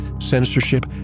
censorship